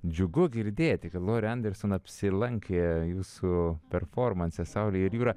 džiugu girdėti kad lori adresen apsilankė jūsų performanse saulė ir jūra